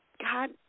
God